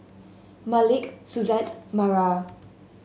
Malik Suzette Mara